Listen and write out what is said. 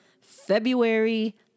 February